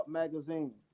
magazine